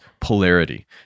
polarity